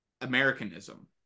Americanism